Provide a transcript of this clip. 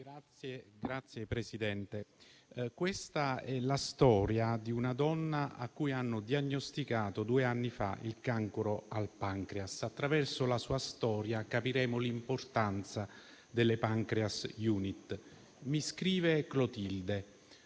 Signora Presidente, questa è la storia di una donna a cui hanno diagnosticato due anni fa il cancro al pancreas. Attraverso la sua storia capiremo l'importanza delle Pancreas *unit*. Mi scrive Clotilde: